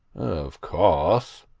of course,